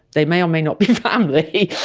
they may or may not be family,